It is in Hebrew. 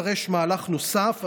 פה יידרש מהלך נוסף.